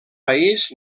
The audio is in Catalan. país